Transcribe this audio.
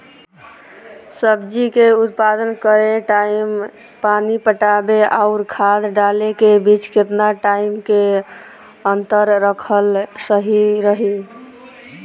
सब्जी के उत्पादन करे टाइम पानी पटावे आउर खाद डाले के बीच केतना टाइम के अंतर रखल सही रही?